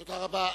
תודה רבה.